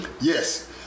yes